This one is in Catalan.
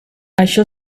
això